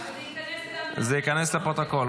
זה ייכנס --- זה ייכנס לפרוטוקול.